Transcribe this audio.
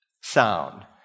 sound